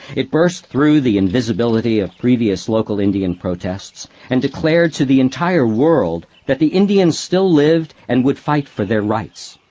it burst through the invisibility of previous local indian protests and declared to the entire world that the indians still lived and would fight for their rights.